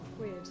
weird